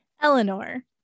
Eleanor